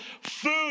food